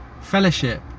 fellowship